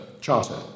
charter